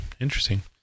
Interesting